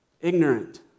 Ignorant